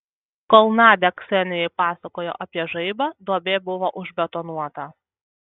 kol nadia ksenijai pasakojo apie žaibą duobė buvo užbetonuota